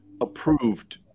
approved